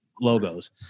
logos